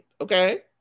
Okay